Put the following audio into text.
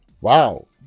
Wow